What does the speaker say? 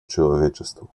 человечеству